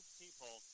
people